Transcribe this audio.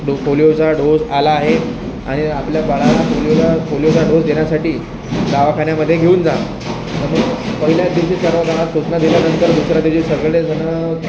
डो पोलिओचा डोस आला आहे आणि आपलं बाळाला पोलिओला पोलिओचा डोस देण्यासाठी दवाखान्यामध्ये घेऊन जा पहिल्या दिवशी सर्वजण सूचना दिल्यानंतर दुसऱ्या दिवशी सगळेजण